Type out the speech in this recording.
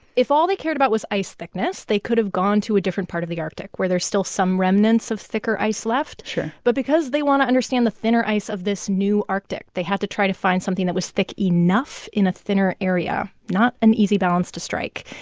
if all they cared about was ice thickness, they could have gone to a different part of the arctic, where there's still some remnants of thicker ice left sure but because they want to understand the thinner ice of this new arctic, they had to try to find something that was thick enough in a thinner area not an easy balance to strike.